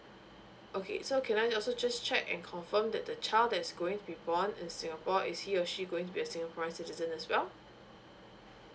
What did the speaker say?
okay so can I also just check and confirm that the child that is going to be born in singapore is he or she going to be a singaporean citizen as well